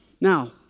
Now